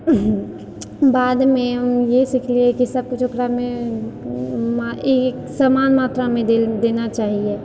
बादमे इहे सीखलियै कि सब किछु ओकरामे एक समान मात्रामे देना चाहियै